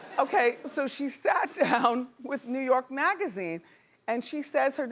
okay, so she sat down with new york magazine and she says,